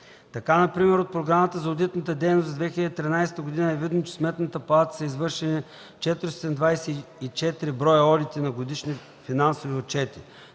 Така например от Програмата за одитната дейност за 2013 г. е видно, че в Сметната палата са извършени 424 броя одити на годишни финансови отчети.